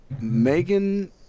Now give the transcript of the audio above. Megan